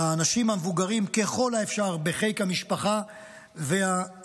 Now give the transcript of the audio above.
האנשים המבוגרים ככל האפשר בחיק המשפחה והקהילה,